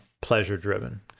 pleasure-driven